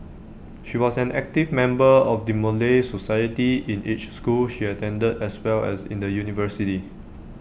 she was an active member of the Malay society in each school she attended as well as in the university